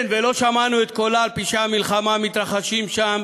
כן, לא שמענו את קולה על פשעי המלחמה המתרחשים שם